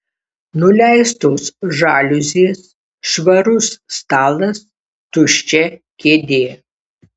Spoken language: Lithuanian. nuleistos žaliuzės švarus stalas tuščia kėdė